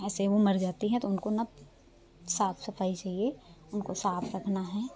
ऐसे वो मर जाती हैं तो उनको न साफ सफाई चाहिए उनको साफ रखना है